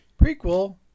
prequel